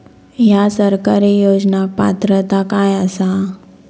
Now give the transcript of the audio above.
हया सरकारी योजनाक पात्रता काय आसा?